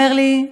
אומר לי: